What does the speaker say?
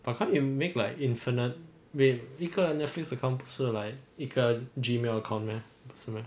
but can't you make like infinite wait 一个 netflix account 不是 like 一个 gmail account 不是 meh